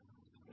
ছাত্র হ্যাঁ